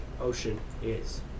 Ocean—is